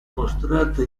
mostrata